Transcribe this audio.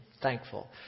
thankful